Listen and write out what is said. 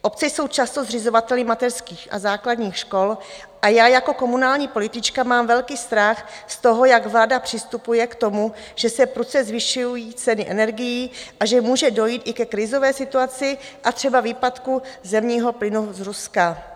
Obce jsou často zřizovateli mateřských a základních škol a já jako komunální politička mám velký strach z toho, jak vláda přistupuje k tomu, že se prudce zvyšují ceny energií a že může dojít i ke krizové situaci a třeba výpadku zemního plynu z Ruska.